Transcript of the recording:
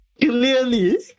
clearly